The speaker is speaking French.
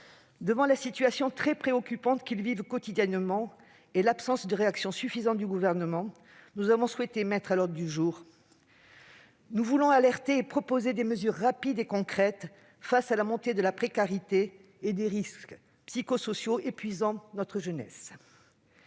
Devant la situation très préoccupante qu'ils vivent quotidiennement et l'absence de réaction suffisante du Gouvernement, nous avons souhaité mettre ce sujet à l'ordre du jour. Nous voulons alerter et proposer des mesures rapides et concrètes, face à la montée de la précarité et des risques psychosociaux qui épuisent notre jeunesse.